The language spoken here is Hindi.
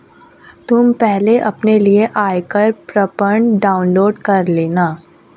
तुम पहले अपने लिए आयकर प्रपत्र डाउनलोड कर लेना